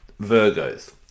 Virgos